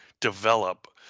develop